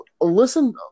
listen